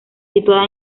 situada